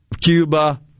Cuba